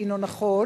הינו נכון?